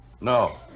No